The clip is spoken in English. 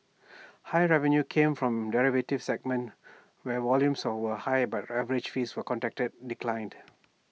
higher revenue came from derivatives segment where volumes were higher but average fees were contract declined